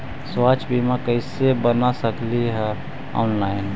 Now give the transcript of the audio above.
स्वास्थ्य बीमा कैसे बना सकली हे ऑनलाइन?